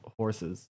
horses